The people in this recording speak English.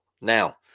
Now